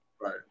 Right